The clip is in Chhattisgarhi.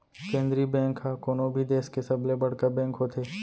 केंद्रीय बेंक ह कोनो भी देस के सबले बड़का बेंक होथे